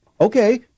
Okay